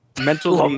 mentally